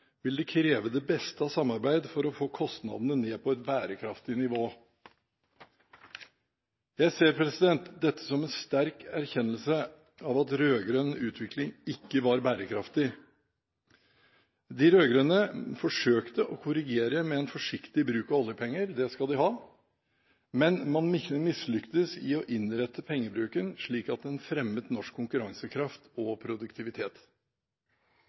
vil det kreve det beste av samarbeid for å få kostnadene ned på et bærekraftig nivå.» Jeg ser dette som en sterk erkjennelse av at rød-grønn utvikling ikke var bærekraftig. De rød-grønne forsøkte å korrigere med en forsiktig bruk av oljepenger – det skal de ha – men man mislyktes med å innrette pengebruken slik at den fremmet norsk konkurransekraft og produktivitet.